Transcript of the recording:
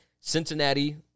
Cincinnati